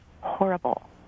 horrible